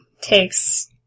takes